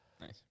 Nice